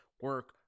Work